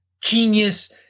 genius